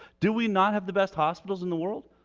do we not have the best hospitals in the world?